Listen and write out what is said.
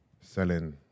selling